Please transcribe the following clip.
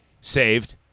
Saved